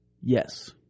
Yes